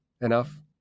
enough